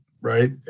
right